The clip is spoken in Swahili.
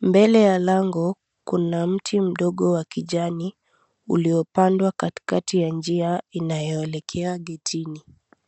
Mbele ya lango, kuna mti mdogo wa kijani uliopandwa katikati ya njia inayoelekea getini .